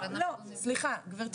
לא בסדר.